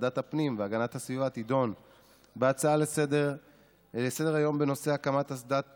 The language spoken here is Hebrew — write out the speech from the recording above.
ועדת הפנים והגנת הסביבה תדון בהצעה לסדר-היום בנושא: הקמת אסדת